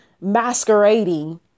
masquerading